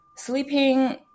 Sleeping